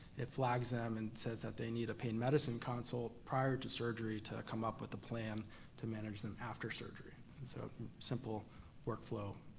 it flags them and says that they need a pain medicine consult prior to surgery to come up with a plan to manage them after surgery. and so simple workflow